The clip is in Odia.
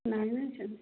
ନାଇଁ ନାଇଁ ଛ